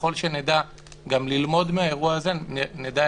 וככל שנדע גם ללמוד מהאירוע הזה נדע